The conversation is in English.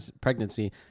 pregnancy